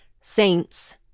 Saints